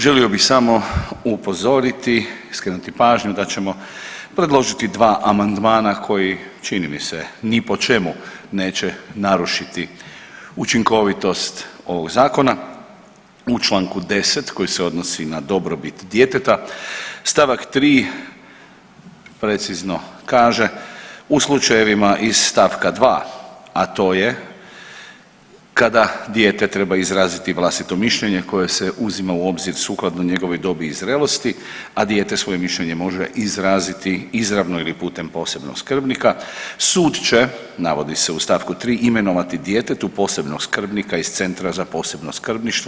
Želio bih samo upozoriti i skrenuti pažnju da ćemo predložiti 2 amandmana koji, čini mi se, ni po čemu neće narušiti učinkovitost ovog Zakona, u čl. 10 koji se odnosi na dobrobit djeteta, st. 3, precizno kaže, u slučajevima iz st. 2, a to je kada dijete treba izraziti vlastito mišljenje koje se uzima u obzir sukladno njegovoj dobi i zrelosti, a dijete svoje mišljenje može izraziti izravno ili putem posebnog skrbnika, sud će, navodi u st. 3 imenovati djetetu posebnog skrbnika iz Centra za posebno skrbništvo.